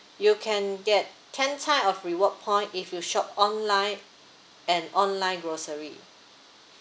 you can get time of reward point if you shop online and online grocery